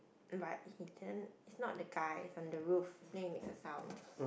but he didn't it's not the guy it's on the roof then it makes a sound